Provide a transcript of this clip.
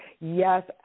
yes